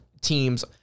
teams